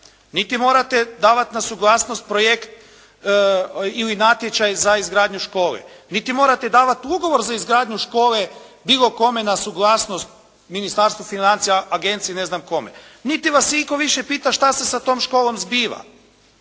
niti morate davat na suglasnost projekt ili natječaj za izgradnju škole. Niti morate davati ugovor za izgradnju škole bilo kome na suglasnost, Ministarstvu financija, agenciji, ne znam kome. Niti vas itko više pita što se sa tom školom zbiva.